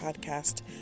podcast